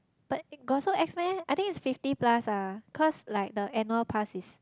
but got so ex meh I think it's fifty plus ah cause like the annual pass is